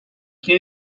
can